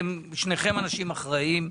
שניכם אנשים אחראיים,